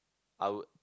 I would